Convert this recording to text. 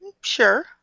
Sure